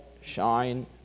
shine